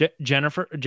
jennifer